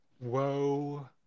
whoa